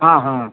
ஆ ஹும்